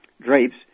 drapes